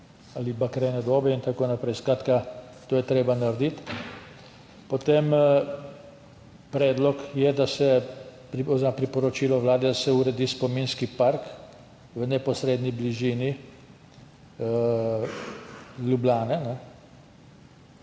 ali bakrene dobe in tako naprej. Skratka, to je treba narediti. Predlog oziroma priporočilo Vladi je, da se uredi spominski park v neposredni bližini Ljubljane.